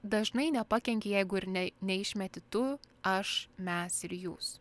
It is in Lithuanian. dažnai nepakenkia jeigu ir ne neišmeti tu aš mes ir jūs